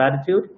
attitude